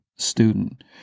student